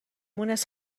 مونس